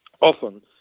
often